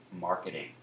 marketing